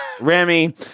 Remy